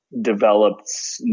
developed